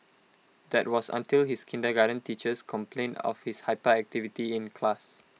that was until his kindergarten teachers complained of his hyperactivity in class